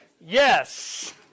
yes